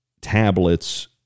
tablets